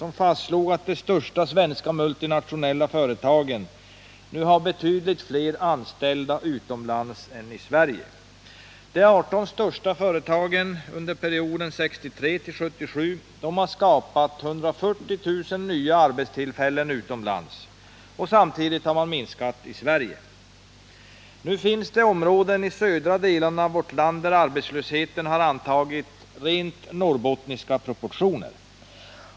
Där fastslogs att de största svenska multinationella företagen nu har betydligt fler anställda utomlands än i Sverige. De 18 största företagen har under perioden 1963-1977 skapat 140 000 nya arbetstillfällen utomlands. Samtidigt har de minskat antalet arbetstillfällen i Sverige. Nu finns det områden i södra delarna av vårt land där arbetslösheten har antagit rent norrbottniska proportioner.